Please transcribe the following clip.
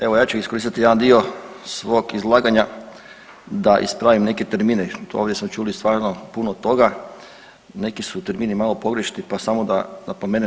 Evo ja ću iskoristiti jedan dio svog izlaganja da ispravim neke termine, ovdje smo čuli stvarno puno toga neki su termini malo pogrešni pa samo da napomenem.